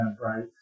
right